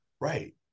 Right